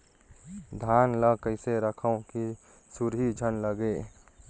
धान ल कइसे रखव कि सुरही झन लगे?